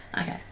Okay